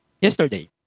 yesterday